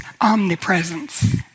omnipresence